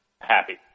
happy